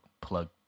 plug